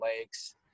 lakes